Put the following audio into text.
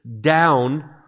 down